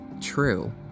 true